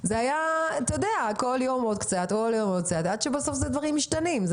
כל יום עוד קצת ועוד קצת, עד שבסוף דברים משתנים.